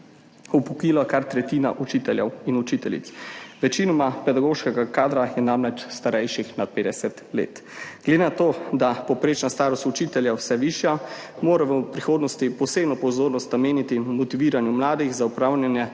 upokojila kar tretjina učiteljev in učiteljic, večinoma pedagoškega kadra je namreč starejših nad 50 let. Glede na to, da povprečna starost učitelja vse višja, moramo v prihodnosti posebno pozornost nameniti motiviranju mladih za opravljanje